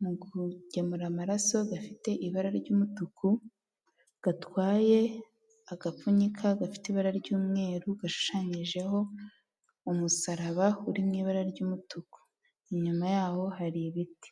mu kugemura amaraso gafite ibara ry'umutuku gatwaye, agapfunyika gafite ibara ry'umweru gashushanyijeho umusaraba uri mu ibara ry'umutuku inyuma yaho hari ibiti.